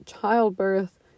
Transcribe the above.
childbirth